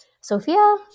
Sophia